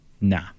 nah